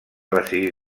decidir